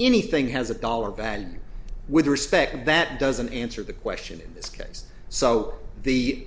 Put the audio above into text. anything has a dollar value with respect that doesn't answer the question in this case so the